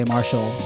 Marshall